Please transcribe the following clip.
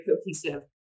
cohesive